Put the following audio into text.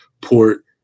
port